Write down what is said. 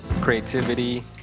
creativity